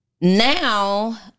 now